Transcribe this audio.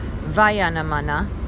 vayanamana